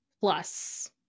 plus